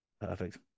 Perfect